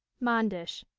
manders.